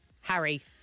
Harry